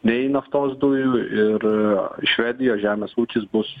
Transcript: nei naftos dujų ir švedijos žemės ūkis bus